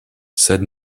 sed